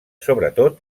sobretot